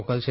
મોકલશે